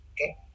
Okay